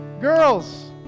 girls